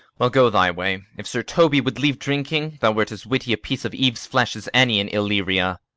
well, go thy way if sir toby would leave drinking, thou wert as witty a piece of eve's flesh as any in illyria.